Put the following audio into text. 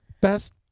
best